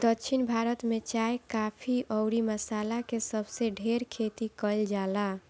दक्षिण भारत में चाय, काफी अउरी मसाला के सबसे ढेर खेती कईल जाला